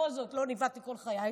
בכל זאת לא ניווטתי כל חיי,